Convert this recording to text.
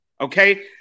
Okay